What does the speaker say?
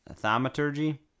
Thaumaturgy